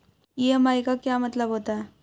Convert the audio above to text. EMI का क्या मतलब होता है?